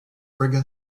bigger